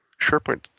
SharePoint